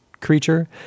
creature